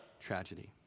tragedy